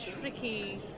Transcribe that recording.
tricky